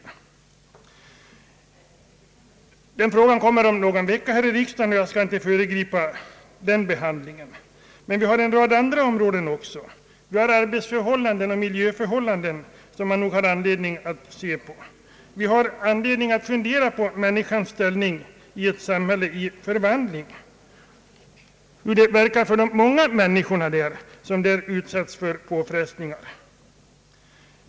Pensionsfrågan kommer om någon vecka att behandlas här i riksdagen, och jag skall inte föregripa behandlingen därav. Vi har en rad andra områden inom t.ex. arbetslivet och miljöförhållandena, där det finns utrymme för insatser. Vi har anledning att fundera på människans ställning i ett samhälle i förvandling och hur det verkar för de många människorna som där utsätts för påfrestningar.